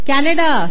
Canada